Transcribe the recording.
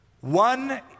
One